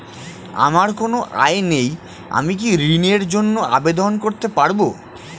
আমার কোনো আয় নেই আমি কি ঋণের জন্য আবেদন করতে পারব?